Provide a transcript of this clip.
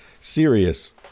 serious